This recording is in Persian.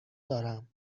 دارم